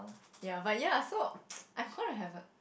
ya but ya so I could have have a